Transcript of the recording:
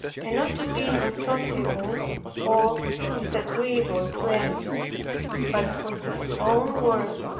and not to be unsociable or disagreeable to any but for his own word,